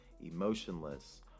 emotionless